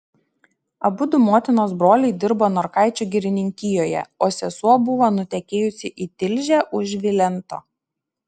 abudu motinos broliai dirbo norkaičių girininkijoje o sesuo buvo nutekėjusi į tilžę už vilento